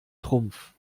trumpf